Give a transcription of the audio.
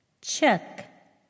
Check